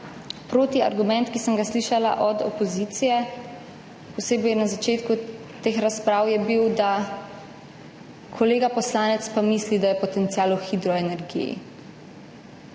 Protiargument, ki sem ga slišala od opozicije, posebej na začetku teh razprav, je bil, da kolega poslanec misli, da je potencial v hidroenergiji.